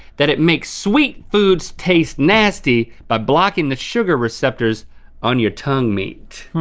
that it makes sweet foods taste nasty, by blocking the sugar receptors on your tongue meat.